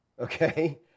okay